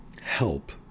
help